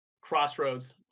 crossroads